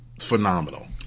phenomenal